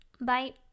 Bye